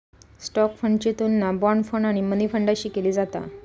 stock फंडाची तुलना bond fund आणि मनी फंडाशी केली जाता